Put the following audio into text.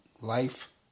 Life